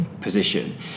position